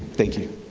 thank you.